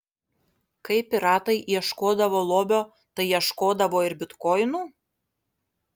kai piratai ieškodavo lobio tai ieškodavo ir bitkoinų